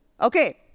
Okay